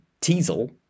Teasel